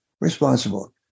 responsible